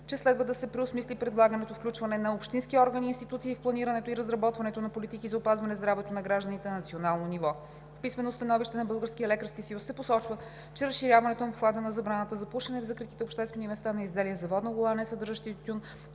че следва да се преосмисли предлаганото включване на общинските органи и институции в планирането и разработването на политики за опазване здравето на гражданите на национално ниво. В писменото становище на Българския лекарски съюз се посочва, че разширяването на обхвата на забраната за пушене в закритите обществени места на изделия за водна лула, несъдържащи тютюн,